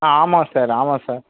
ஆமாம் சார் ஆமாம் சார்